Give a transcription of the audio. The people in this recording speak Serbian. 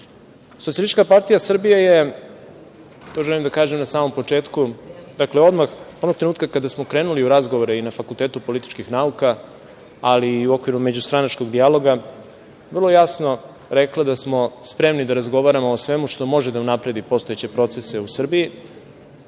odluke. Socijalistička partija Srbija je, to želim da kažem na samom početku, dakle onog trenutka kada smo krenuli u razgovore i na Fakultetu političkih nauka, i u okviru međustranačkog dijaloga, vrlo jasno rekla da smo spremni da razgovaramo o svemu što možemo da unapredi postojeće procese u Srbiji,